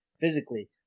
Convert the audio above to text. physically